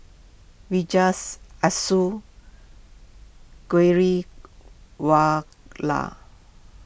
Vijesh Ashok Ghariwala